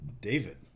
David